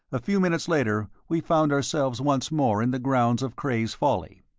a few minutes later we found ourselves once more in the grounds of cray's folly.